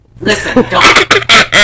Listen